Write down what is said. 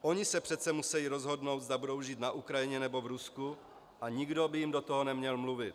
Oni se přece musejí rozhodnout, zda budou žít na Ukrajině, nebo v Rusku, a nikdo by jim do toho neměl mluvit.